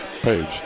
page